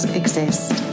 exist